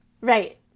Right